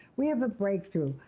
we have a breakthrough,